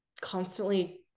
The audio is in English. constantly